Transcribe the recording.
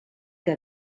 què